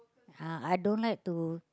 uh I don't like to